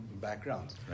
backgrounds